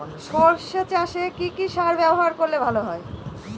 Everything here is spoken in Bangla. সর্ষে চাসে কি কি সার ব্যবহার করলে ভালো হয়?